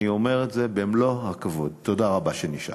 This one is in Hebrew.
ואני אומר את זה במלוא הכבוד: תודה רבה שנשארתם.